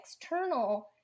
external